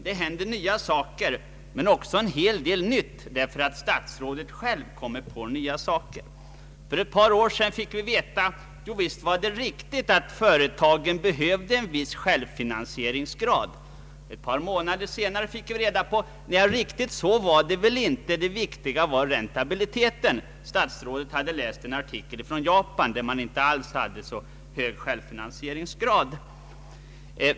Det händer nya saker där, men en hel del nytt beror på att statsrådet själv kommer på nya saker. För ett par år sedan fick vi veta att visst var det riktigt att företagen behövde en viss självfinansieringsgrad. Ett par månader senare fick vi reda på att riktigt så var det väl inte, det viktiga var räntabiliteten. Statsrådet hade läst en artikel från Japan, där man inte hade så hög självfinansieringsgrad.